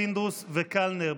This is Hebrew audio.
פינדרוס וקלנר,